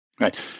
Right